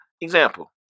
Example